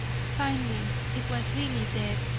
finding it was really dead